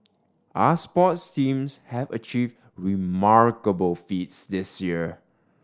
our sports teams have achieved remarkable feats this year